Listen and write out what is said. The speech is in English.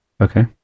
Okay